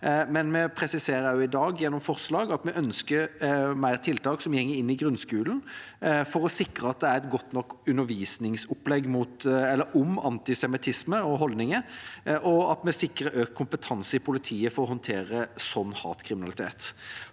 men vi presiserer i dag gjennom forslag at vi ønsker flere tiltak som går inn i grunnskolen, for å sikre at det er et godt nok undervisningsopplegg om antisemittisme og holdninger, og økt kompetanse i politiet til å håndtere dette som hatkriminalitet.